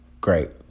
great